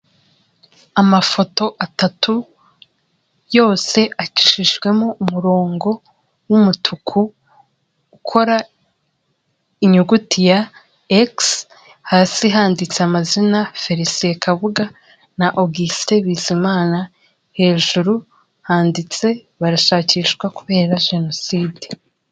Amafoto atatu yose acishijwemo umurongo w'umutuku ukora inyuguti ya ekisi, hasi handitse amazina Felicien KABUGA na Augustin BIZIMANA, hejuru handitse ''barashakishwa kubera jenoside.''